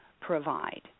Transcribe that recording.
provide